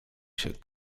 się